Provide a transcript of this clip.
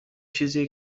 چیزیه